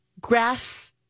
grass